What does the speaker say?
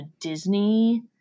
Disney